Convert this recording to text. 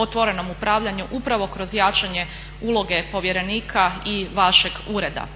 otvorenom upravljanju upravo kroz jačanje uloge povjerenika i vašeg ureda.